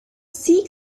sikh